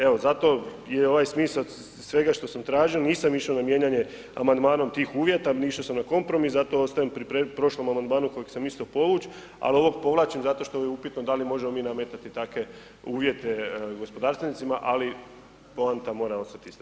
Evo, zato je ovaj smisao svega što sam tražio, nisam išao na mijenjanje amandmanom tih uvjeta, išao sam na kompromis, zato ostajem pri prošlom amandmanu kojeg sam mislio povući, ali ovog povlačim zato što je upitno da li mi možemo nametati takve uvjete gospodarstvenicima, ali poanta mora ostati ista.